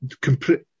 complete